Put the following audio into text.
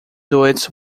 duets